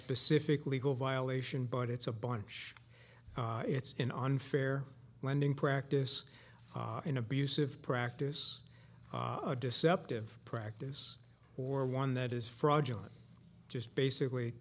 specific legal violation but it's a bunch it's an unfair lending practice an abusive practice deceptive practice or one that is fraudulent just basically